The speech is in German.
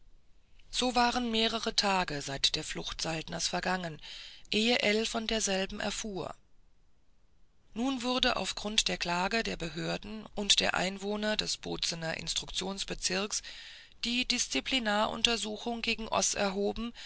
so waren mehrere tage seit der flucht saltners vergangen ehe ell von derselben erfuhr nun wurde auf grund der klage der behörden und der einwohner des bozener instruktionsbezirks die disziplinaruntersuchung gegen oß erhoben